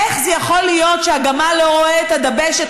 איך יכול להיות שהגמל לא רואה את הדבשת,